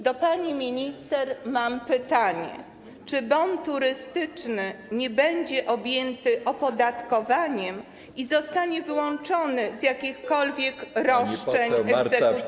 Do pani minister mam pytanie: Czy bon turystyczny nie będzie objęty opodatkowaniem i zostanie wyłączony z jakichkolwiek roszczeń egzekucyjnych?